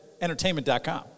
entertainment.com